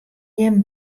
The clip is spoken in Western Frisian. jim